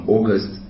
August